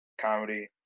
comedy